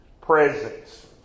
presence